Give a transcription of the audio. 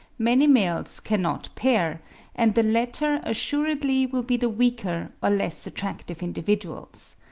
many males cannot pair and the latter assuredly will be the weaker or less attractive individuals.